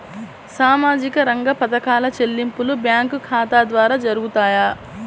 సామాజిక రంగ పథకాల చెల్లింపులు బ్యాంకు ఖాతా ద్వార జరుగుతాయా?